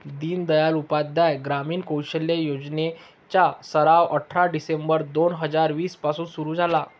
दीनदयाल उपाध्याय ग्रामीण कौशल्य योजने चा सराव अठरा डिसेंबर दोन हजार वीस पासून सुरू झाला